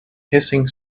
hissing